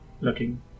looking